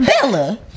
bella